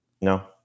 No